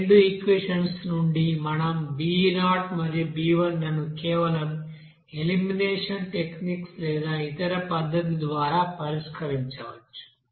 ఈ రెండు ఈక్వెషన్స్ నుండి మనం b0 మరియు b1 లను కేవలం ఎలిమినేషన్ టెక్నిక్ లేదా ఇతర పద్ధతి ద్వారా పరిష్కరించవచ్చు